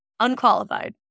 unqualified